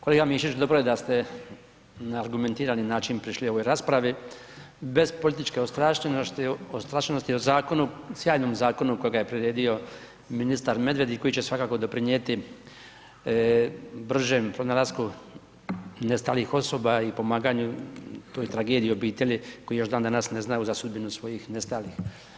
Kolega Mišić, dobro je da ste na argumentirani način prišli ovoj raspravi bez političke ostrašenosti, o zakonu, sjajnom zakonu kojega je priredio ministar Medved i koji će svakako doprinijeti bržem pronalasku nestalih osoba i pomaganju toj tragediji obitelji koji još dan danas ne znaju za sudbinu svojih nestalih.